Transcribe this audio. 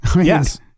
Yes